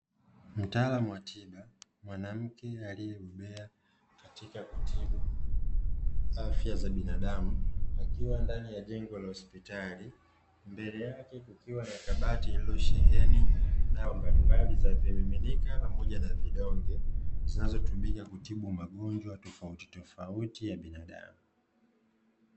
Mtaalamu wa tiba, mwanamke aliyebobea katika kutibu afya za binadamu, akiwa ndani ya jengo la hospitali mbele yake kukiwa na kabati lililosheheni dawa mbalimbali za vimiminika pamoja na vidonge, zinazotumika kutibu magonjwa tofautitofauti ya binadamu.